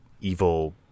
evil